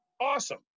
Awesome